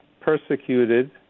persecuted